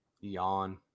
Yawn